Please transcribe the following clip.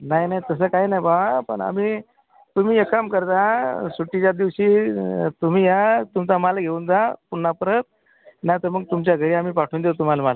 नाही नाही तसं काही नाही बुवा पण आम्ही तुम्ही एक काम करजा सुट्टीच्या दिवशी तुम्ही या तुमचा माल घेऊन जा पुन्हा परत नाहीतर मग तुमच्या घरी आम्ही पाठवून देऊच तुम्हाला माल